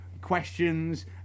questions